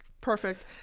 perfect